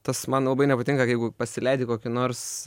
tas man labai nepatinka jeigu pasileidi kokį nors